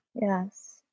Yes